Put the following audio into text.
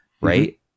right